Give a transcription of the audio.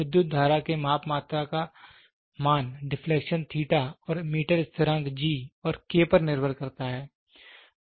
विद्युत धारा के माप मात्रा का मान डिफ्लेक्शन थीटा और मीटर स्थिरांक G और K पर निर्भर करता है